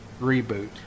reboot